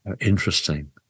Interesting